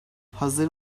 hazır